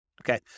Okay